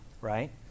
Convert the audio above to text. Right